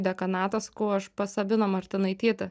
dekanatą sakau aš pas sabiną martinaitytę